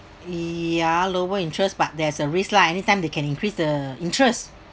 ya lower interest but there's a risk lah anytime they can increase the interest